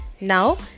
Now